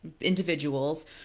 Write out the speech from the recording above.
individuals